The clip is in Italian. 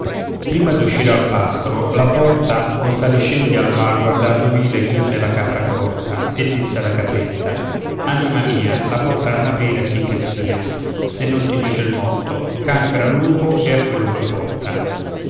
capretta prima d'uscire al pascolo la porta col saliscendi al malguardato ovile chiuse la capra accorta e disse alla capretta anima mia la porta non aprire a chicchessia se non ti dice il motto canchero al lupo e a quello che lo porta